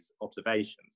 observations